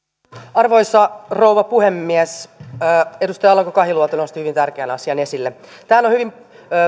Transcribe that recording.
arvoisa rouva puhemies edustaja alanko kahiluoto nosti hyvin tärkeän asian esille tämähän on hyvin